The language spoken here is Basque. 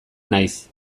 naiz